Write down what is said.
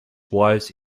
wives